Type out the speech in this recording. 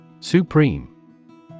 Supreme